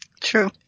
True